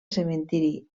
cementiri